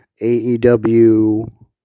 AEW